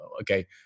okay